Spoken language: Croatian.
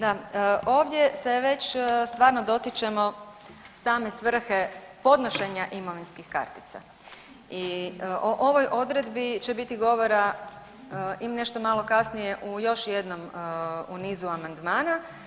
Da, ovdje se već stvarno dotičemo stvarne svrhe podnošenja imovinskih kartica i o ovoj odredbi će biti govora i nešto malo kasnije u još jednom u nizu amandmana.